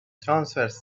transverse